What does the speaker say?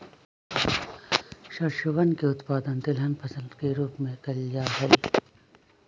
सरसोवन के उत्पादन तिलहन फसल के रूप में कइल जाहई